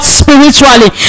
spiritually